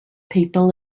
people